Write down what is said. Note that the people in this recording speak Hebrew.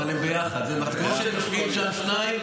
אבל הם ביחד, זה נכון, כמו שהם יושבים שם שניים.